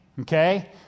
okay